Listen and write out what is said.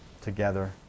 together